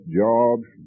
jobs